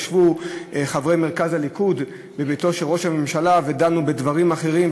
ישבו חברי מרכז הליכוד בביתו של ראש הממשלה ודנו בדברים אחרים,